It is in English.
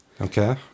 Okay